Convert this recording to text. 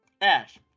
Ash